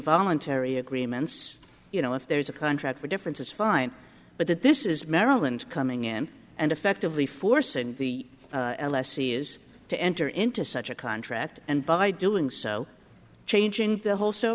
voluntary agreements you know if there's a contract for difference is fine but that this is maryland coming in and effectively force and the l s e is to enter into such a contract and by doing so changing the whole show